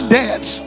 dance